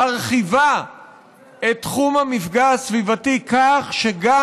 מרחיבה את תחום המפגע הסביבתי כך שגם